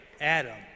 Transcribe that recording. Adam